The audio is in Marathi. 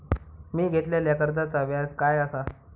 मी घेतलाल्या कर्जाचा व्याज काय आसा?